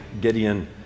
Gideon